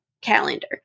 calendar